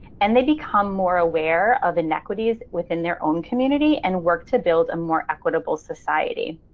and they become more aware of inequities within their own community and work to build a more equitable society.